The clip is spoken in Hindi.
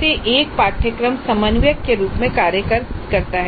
से एक पाठ्यक्रम समन्वयक के रूप में कार्य करता है